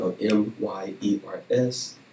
M-Y-E-R-S